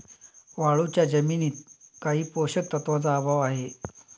वाळूच्या जमिनीत काही पोषक तत्वांचा अभाव आहे